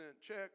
check